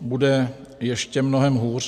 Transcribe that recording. bude ještě mnohem hůř.